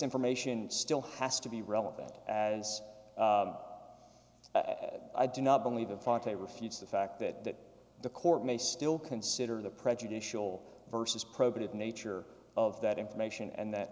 information still has to be relevant as i do not believe the forte refutes the fact that the court may still consider the prejudicial versus probative nature of that information and that